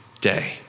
day